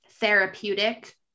therapeutic